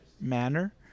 manner